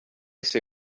say